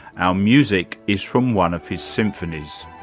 our music is from one of his symphonies.